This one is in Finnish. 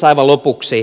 aivan lopuksi